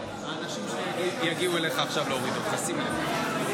האנשים שיגיעו אליך עכשיו להוריד אותך, שים לב.